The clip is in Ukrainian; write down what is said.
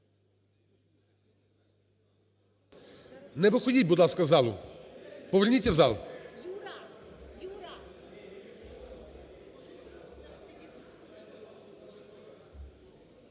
Не виходіть, будь ласка, з залу, поверніться в зал.